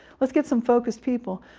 let's get some focused people.